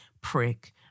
prick